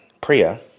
Priya